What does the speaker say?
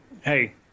hey